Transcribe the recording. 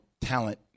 talent